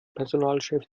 personalchef